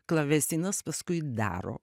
klavesinas paskui daro